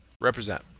represent